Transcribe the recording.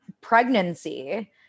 pregnancy